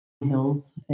hills